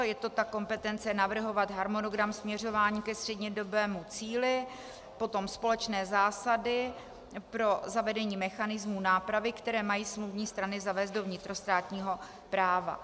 Je to ta kompetence navrhovat harmonogram směřování ke střednědobému cíli, potom společné zásady pro zavedení mechanismů nápravy, které mají smluvní strany zavést do vnitrostátního práva.